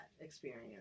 experience